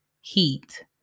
heat